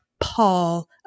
Paul